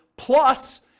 plus